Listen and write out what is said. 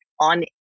on